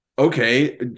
Okay